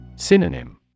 Synonym